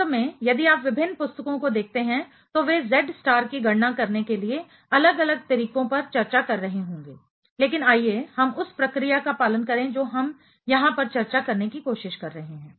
वास्तव में यदि आप विभिन्न पुस्तकों को देखते हैं तो वे Z स्टार की गणना करने के लिए अलग अलग तरीकों पर चर्चा कर रहे होंगे लेकिन आइए हम उस प्रक्रिया का पालन करें जो हम यहां पर चर्चा करने की कोशिश कर रहे हैं